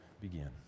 begin